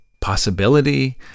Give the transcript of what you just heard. possibility